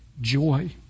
joy